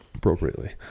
appropriately